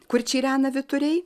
kur čirena vyturiai